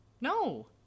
No